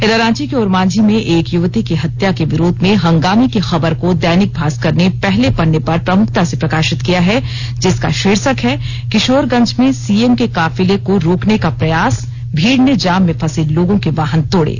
इधर रांची के ओरमाझी में एक युवती की हत्या के विरोध में हंगामे की खबर को दैनिक भास्कर ने पहले पन्ने पर प्रमुखता से प्रकाशित किया है जिसका शीर्षक है किशोरगंज में सीएम के काफिले को रोकने का प्रयास भीड़ ने जाम में फंसे लोगों के वाहन तोड़ें